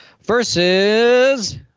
Versus